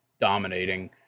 dominating